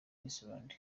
iceland